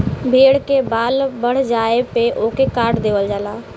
भेड़ के बाल बढ़ जाये पे ओके काट देवल जाला